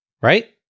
Right